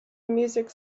music